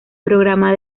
programa